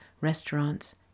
restaurants